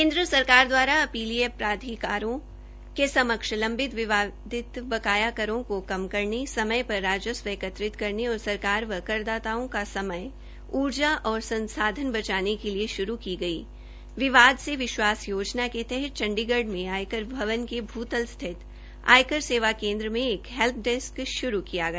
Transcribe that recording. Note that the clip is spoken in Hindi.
केन्द्र सरकार दवारा अपीलीय प्राधिकारियों के समक्ष लंम्बित विवादित बकाया करों को कम करने समय पर राजस्व एकत्रित करने और सरकार व करदाताओं का समय ऊर्जा और संसाध्न बचाने के के लिए श्रू की गई विवाद से विश्वास योजना के तहत चंडीगढ़ में आयकर भवन के भूतलत स्थित आयकर सेवा केन्द्र में एक हेल्प डेस्क् श्रू किया गया